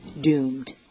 doomed